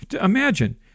imagine